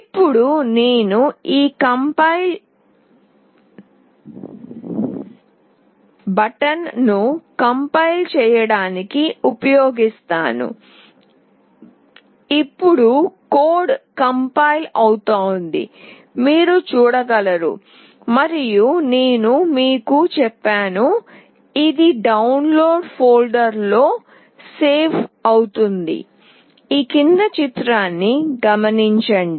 ఇప్పుడు నేను ఈ కంపైల్ బటన్ను కంపైల్ చేయడానికి ఉపయోగిస్తాను ఇప్పుడు కోడ్ కంపైల్ అవుతోంది అని మీరు చూడగలరు మరియు నేను మీకు చెప్పాను కదా ఇది డౌన్లోడ్ ఫోల్డర్ లో సేవ్ అవుతుంది